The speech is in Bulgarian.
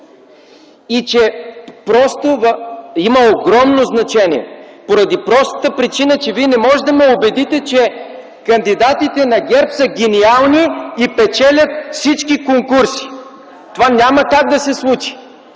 от ГЕРБ.) Има огромно значение поради простата причина, че Вие не може да ме убедите, че кандидатите на ГЕРБ са гениални и печелят всички конкурси. Това няма как да се случи.